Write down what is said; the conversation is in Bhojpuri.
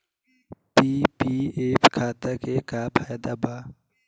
पी.पी.एफ खाता के का फायदा बा?